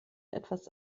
etwas